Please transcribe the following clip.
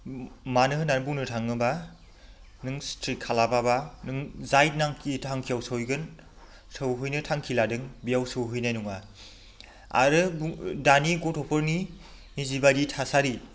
मानो होननानै बुंनो थाङोब्ला नों स्ट्रिक खालामाब्ला नों जायनाखि थांखियाव सहैगोन सहैनो थांखि लादों बेयाव सहैनाय नङा आरो दानि गथ'फोरनि जिबायदि थासारि